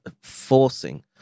forcing